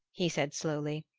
he said slowly.